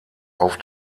auf